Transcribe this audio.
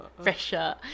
Fresher